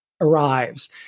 arrives